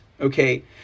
okay